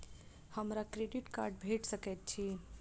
हमरा credit card भेट सकैत अछि?